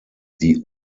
die